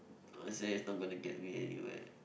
honestly not gonna get me anywhere